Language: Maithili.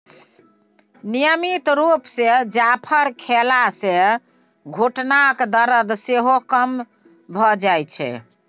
नियमित रुप सँ जाफर खेला सँ घुटनाक दरद सेहो कम भ जाइ छै